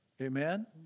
Amen